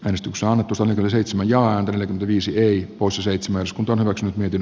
äänestyksen oletus oli yli seitsemän ja viisi ei osu seitsemäns kuntoon ovat nyt myytin